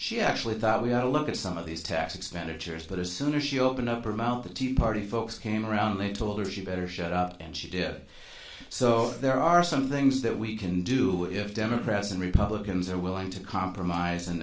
she actually that we have to look at some of these tax expenditures but as soon as she opened up her mouth the tea party folks came around they told her she better shut up and she did so there are some things that we can do if democrats and republicans are willing to compromise and